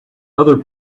other